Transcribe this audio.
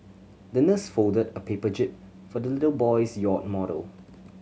the nurse folded a paper jib for the little boy's yacht model